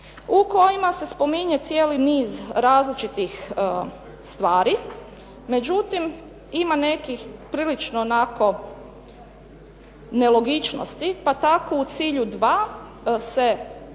u kojima se spominje cijeli niz različitih stvari. Međutim ima nekih prilično onako nelogičnosti, pa tako u cilju 2 se spominje